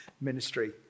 ministry